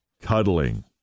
cuddling